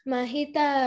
Mahita